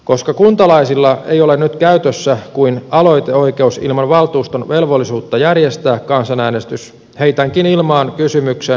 koska kuntalaisilla ei ole nyt käytössä kuin aloiteoikeus ilman valtuuston velvollisuutta järjestää kansanäänestys heitänkin ilmaan kysymyksen